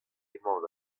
emañ